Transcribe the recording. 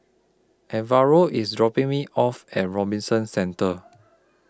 Alvaro IS dropping Me off At Robinson Centre